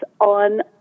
on